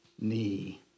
knee